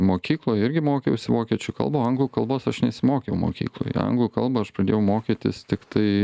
mokykloj irgi mokiausi vokiečių kalbą o anglų kalbos aš nesimokiau mokykloj anglų kalbą aš pradėjau mokytis tiktai